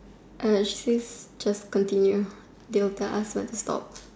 actually just continue they will tell us when to stop